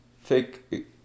fake